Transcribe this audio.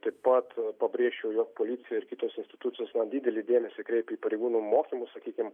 taip pat pabrėžčiau jog policija ir kitos institucijos na didelį dėmesį kreipia į pareigūnų mokymus sakykim